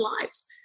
lives